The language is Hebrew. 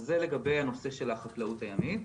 זה לגבי הנושא של החקלאות הימית.